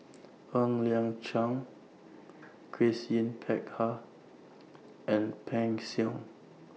Ng Liang Chiang Grace Yin Peck Ha and Peng Siong